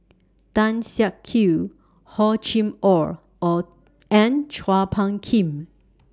Tan Siak Kew Hor Chim Or and Chua Phung Kim